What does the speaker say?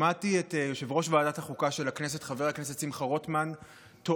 שמעתי את יושב-ראש ועדת החוקה של הכנסת חבר הכנסת שמחה רוטמן טוען